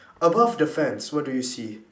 above the fence what do you see